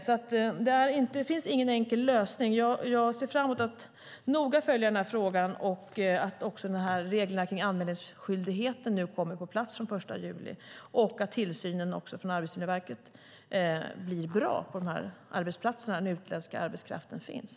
Det finns ingen enkel lösning. Jag ser fram emot att noga följa den här frågan och att reglerna om anmälningsskyldighet kommer på plats den 1 juli, liksom att tillsynen från Arbetsgivarverket blir bra på de arbetsplatser där utländsk arbetskraft finns.